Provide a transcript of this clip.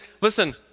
Listen